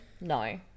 No